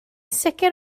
sicr